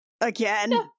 again